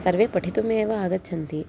सर्वे पठितुमेव आगच्छन्ति